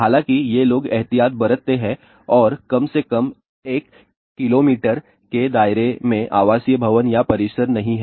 हालांकि ये लोग एहतियात बरतते हैं और कम से कम 1 किमी के दायरे में आवासीय भवन या परिसर नहीं है